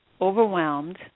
overwhelmed